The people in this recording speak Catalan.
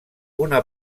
una